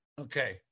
Okay